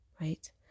right